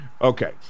Okay